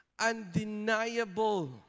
Undeniable